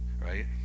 right